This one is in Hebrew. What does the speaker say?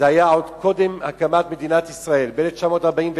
זה היה עוד קודם הקמת מדינת ישראל, ב-1941,